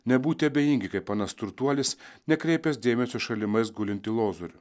nebūti abejingi kaip anas turtuolis nekreipęs dėmesio į šalimais gulintį lozorių